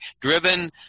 driven